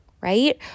right